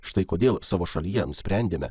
štai kodėl savo šalyje nusprendėme